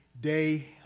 day